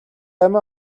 амиа